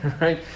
right